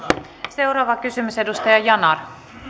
seuraava kysymys edustaja yanar